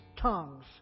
tongues